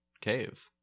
cave